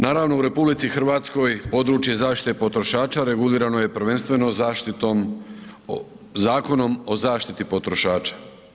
Naravno u RH područje zaštite potrošača regulirano je prvenstveno zaštitom, Zakonom o zaštiti potrošača.